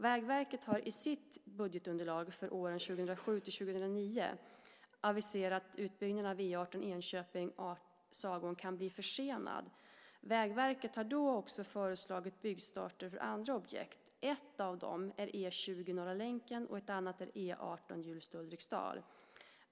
Vägverket har i sitt budgetunderlag för åren 2007-2009 aviserat att utbyggnaden av E 18 Enköping-Sagån kan bli försenad. Vägverket har även föreslagit byggstarter för andra objekt. Ett av dem är E 20 Norra länken, och ett annat är E 18 Hjulsta-Ulriksdal.